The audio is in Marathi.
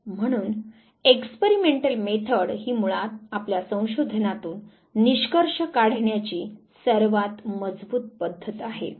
म्हणून एक्सपेरिमेंटल मेथड ही मुळात आपल्या संशोधनातून निष्कर्ष काढण्याची सर्वात मजबूत पद्धत आहे